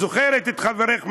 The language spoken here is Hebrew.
את זוכרת את חברך מזוז,